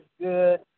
good